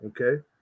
Okay